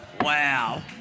Wow